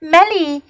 Melly